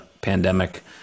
pandemic